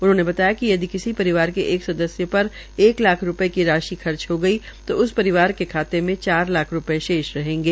उन्होंने बताया कि यदि किसी परिवार के एक सदस्य पर एक लाख रूपये की राशि खर्च हो गई तो उस उम्मीदवार के खाते में चार लाख रूपये शेष रहेंगे